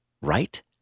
Right